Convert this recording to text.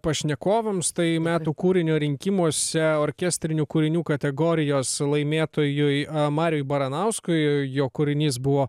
pašnekovams tai metų kūrinio rinkimuose orkestrinių kūrinių kategorijos laimėtojui mariui baranauskui jo kūrinys buvo